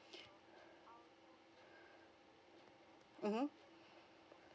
mmhmm